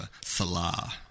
Salah